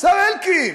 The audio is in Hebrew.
השר אלקין